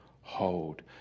hold